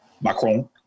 Macron